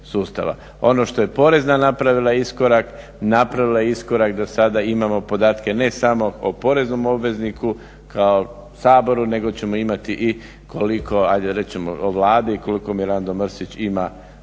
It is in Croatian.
Ono što je porezna napravila iskorak, napravila je iskorak, do sada imamo podatke ne samo o poreznom obvezniku kao Saboru nego ćemo imati i koliko ajde reć ćemo o Vladi i koliko Mirando Mrsić ima